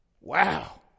Wow